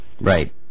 Right